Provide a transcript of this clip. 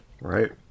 Right